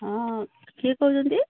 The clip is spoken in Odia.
ହଁ କିଏ କହୁଛନ୍ତି